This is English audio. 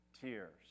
tears